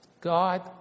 God